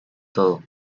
todo